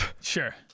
Sure